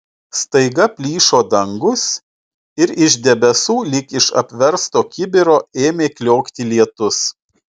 staiga plyšo dangus ir iš debesų lyg iš apversto kibiro ėmė kliokti lietus